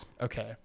Okay